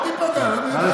אל תיפגע.